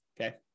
okay